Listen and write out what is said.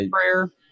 prayer